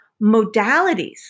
modalities